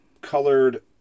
colored